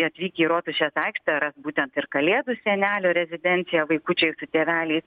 atvykę į rotušės aikštę ras būtent ir kalėdų senelio rezidenciją vaikučiai su tėveliais